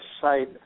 site